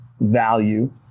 value